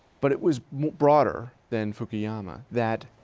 but it was broader than fukuyama that